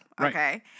Okay